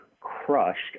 crushed